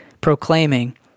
proclaiming